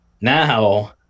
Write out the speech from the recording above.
Now